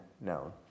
known